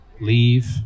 leave